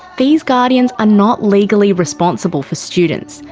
these guardians are not legally responsible for students,